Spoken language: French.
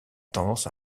tendance